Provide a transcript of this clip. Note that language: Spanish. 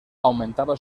aumentaba